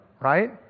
right